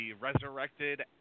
resurrected